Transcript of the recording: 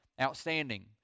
outstanding